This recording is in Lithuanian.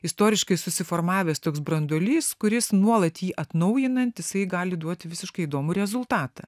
istoriškai susiformavęs toks branduolys kuris nuolat jį atnaujinant jisai gali duoti visiškai įdomų rezultatą